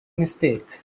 mistake